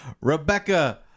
Rebecca